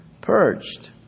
purged